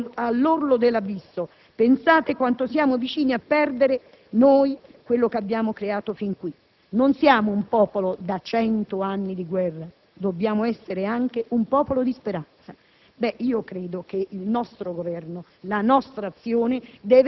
Perciò fermatevi un momento tutti a pensare, guardate all'orlo dell'abisso, pensate quanto siamo vicini a perdere noi quello che abbiamo creato fin qui. Non siamo un popolo da cento anni di guerra, dobbiamo essere anche un popolo di speranza».